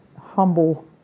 humble